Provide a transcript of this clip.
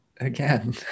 again